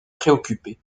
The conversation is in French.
préoccupé